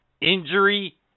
injury